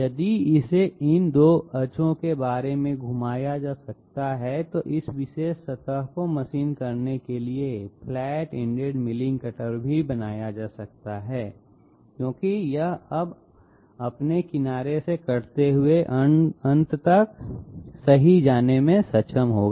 यदि इसे इन 2 अक्षों के बारे में घुमाया जा सकता है तो इस विशेष सतह को मशीन करने के लिए एक फ्लैट इंडेड मिलिंग कटर भी बनाया जा सकता है क्योंकि यह अब अपने किनारे से कटते हुए अंत तक सही जाने में सक्षम होगा